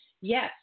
yes